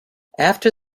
after